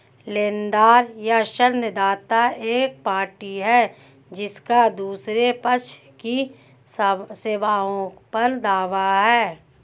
लेनदार या ऋणदाता एक पार्टी है जिसका दूसरे पक्ष की सेवाओं पर दावा है